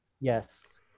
Yes